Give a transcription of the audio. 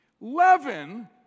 leaven